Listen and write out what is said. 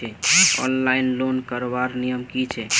Online loan करवार नियम की छे?